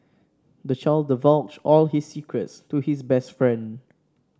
the child divulged all his secrets to his best friend